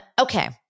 okay